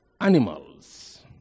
animals